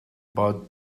but